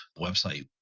website